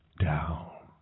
down